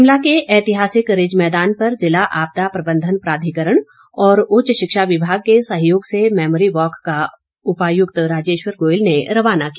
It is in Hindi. शिमला के ऐतिहासिक रिज मैदान पर जिला आपदा प्रबंधन प्राधिकरण और उच्च शिक्षा विभाग के सहयोग से मैमोरी वॉक को उपायुक्त राजेश्वर गोयल ने रवाना किया